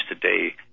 today